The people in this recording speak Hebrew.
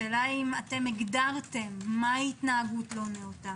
השאלה אם הגדרתם מהי התנהגות לא נאותה,